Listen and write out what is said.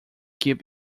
keep